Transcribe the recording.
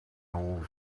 old